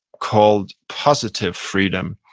called positive freedom.